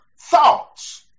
thoughts